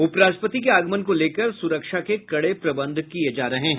उपराष्ट्रपति के आगमन को लेकर सुरक्षा के कड़े प्रबंध किये जा रहे हैं